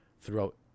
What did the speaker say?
throughout